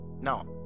Now